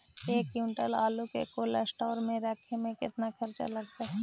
एक क्विंटल आलू के कोल्ड अस्टोर मे रखे मे केतना खरचा लगतइ?